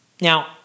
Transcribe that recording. Now